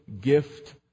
Gift